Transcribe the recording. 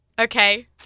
Okay